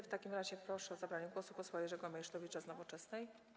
W takim razie proszę o zabranie głosu posła Jerzego Meysztowicza z Nowoczesnej.